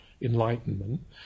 enlightenment